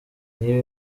niba